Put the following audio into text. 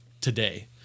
today